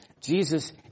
Jesus